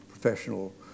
professional